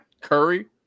Curry